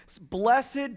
Blessed